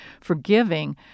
forgiving